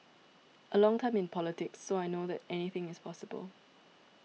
a long time in politics so I know that anything is possible